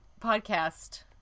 podcast